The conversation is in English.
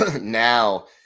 now